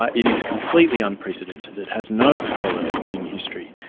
ah it is completely unprecedented, it has no parallel in history,